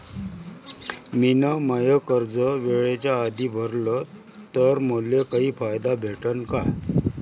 मिन माय कर्ज वेळेच्या आधी भरल तर मले काही फायदा भेटन का?